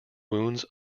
wounds